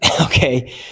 Okay